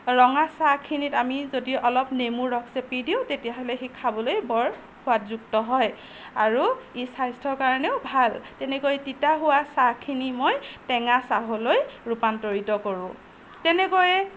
ৰঙা চাহখিনিত আমি যদি অলপ নেমু ৰস চেপি দিওঁ তেতিয়াহলে সেই খাবলৈ বৰ সোৱাদযুক্ত হয় আৰু ই স্বাস্থ্যৰ কাৰণেও ভাল আৰু তেনেকৈ তিতা হোৱা চাহখিনি মই টেঙা চাহলৈ ৰূপান্তৰিত কৰোঁ তেনেকৈয়ে